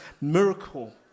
miracle